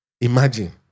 imagine